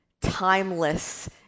Timeless